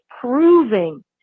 proving